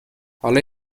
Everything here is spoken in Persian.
حالا